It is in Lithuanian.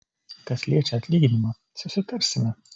kas liečia atlyginimą susitarsime